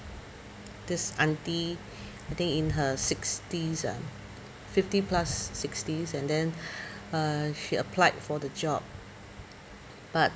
this aunty I think in her sixties ah fifty plus sixties and then uh she applied for the job but